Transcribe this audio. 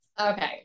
okay